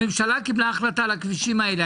הממשלה קיבלה החלטה על הכבישים הללו.